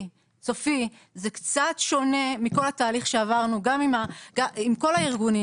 סופי זה קצת שונה מכל התהליך שעברנו עם כל הארגונים